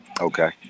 Okay